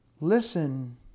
Listen